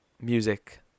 music